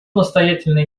настоятельная